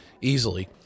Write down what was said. easily